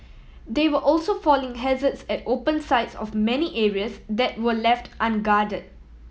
there were also falling hazards at open sides of many areas that were left unguarded